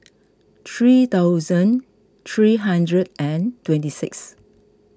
three thousand three hundred and twenty six